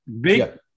Big